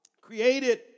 created